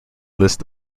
list